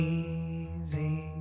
easy